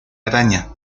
araña